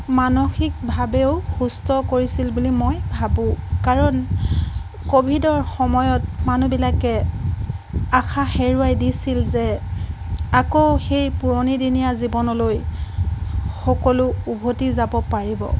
মানসিকভাৱেও সুস্থ কৰিছিল বুলি মই ভাবো কাৰণ ক'ভিডৰ সময়ত মানুহবিলাকে আশা হেৰুৱাই দিছিল যে আকৌ সেই পুৰণি দিনীয়া জীৱনলৈ সকলো উভতি যাব পাৰিব